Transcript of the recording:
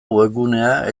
webgunea